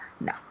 No